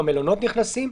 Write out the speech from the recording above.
במלונות נכנסים.